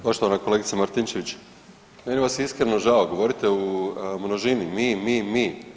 Poštovana kolegice Martinčević, meni vas je iskreno žao, govorite u množini, mi, mi, mi.